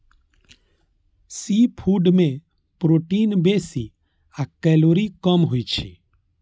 seafood मे protein बेसी आ कैलोरी कम होइ छै